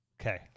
Okay